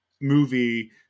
movie